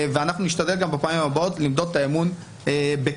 אנחנו נשתדל בפעמים הבאות למדוד את האמון בכולם.